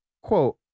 quote